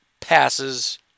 passes